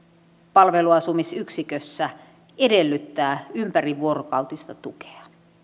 palveluasumisyksikössä edellyttää ympärivuorokautista tukea